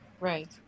Right